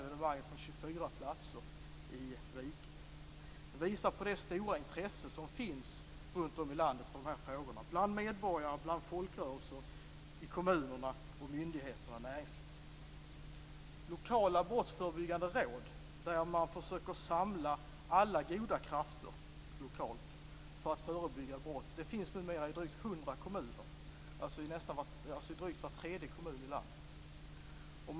Det visar det stora intresse som finns runt om i landet för de här frågorna bland medborgare, folkrörelser, kommuner, myndigheter och näringsliv. Lokala brottsförebyggande råd där man försöker samla alla goda krafter lokalt för att förebygga brott finns numera i drygt 100 kommuner, alltså i drygt var tredje kommun i landet.